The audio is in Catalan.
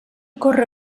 corre